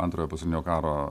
antrojo pasaulinio karo